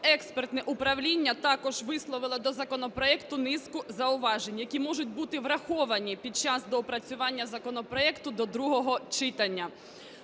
науково-експертне управління також висловило до законопроекту низку зауважень, які можуть бути враховані під час доопрацювання законопроекту до другого читання.